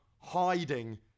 Hiding